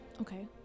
Okay